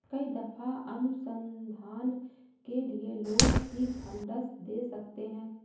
कई दफा अनुसंधान के लिए लोग भी फंडस दे सकते हैं